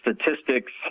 statistics